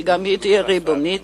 שגם היא תהיה ריבונית